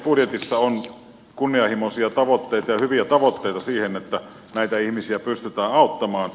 budjetissa on kunnianhimoisia ja hyviä tavoitteita siihen että näitä ihmisiä pystytään auttamaan